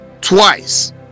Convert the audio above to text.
twice